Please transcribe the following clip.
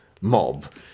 mob